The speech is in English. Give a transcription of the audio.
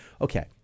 Okay